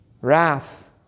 Wrath